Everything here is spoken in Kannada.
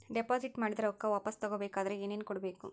ಡೆಪಾಜಿಟ್ ಮಾಡಿದ ರೊಕ್ಕ ವಾಪಸ್ ತಗೊಬೇಕಾದ್ರ ಏನೇನು ಕೊಡಬೇಕು?